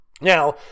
Now